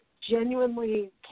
genuinely